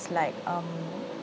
like um